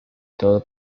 todo